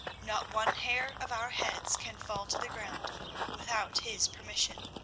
not one hair of our heads can fall to the ground without his permission.